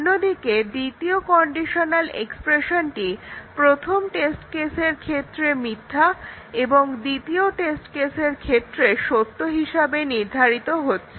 অন্যদিকে দ্বিতীয় কন্ডিশনাল এক্সপ্রেশনটি প্রথম টেস্ট কেসের ক্ষেত্রে মিথ্যা এবং দ্বিতীয় টেস্ট কেসের ক্ষেত্রে সত্য হিসাবে নির্ধারিত হচ্ছে